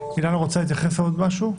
אילנה, את רוצה להתייחס לעוד משהו?